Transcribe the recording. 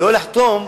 שלא לחתום,